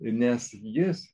nes jis